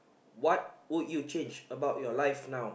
what would you change about your life now